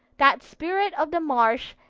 that spirit of the marsh,